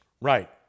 Right